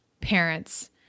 parents